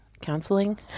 counseling